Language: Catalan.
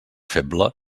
feble